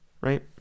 right